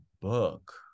book